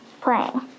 playing